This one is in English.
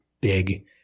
big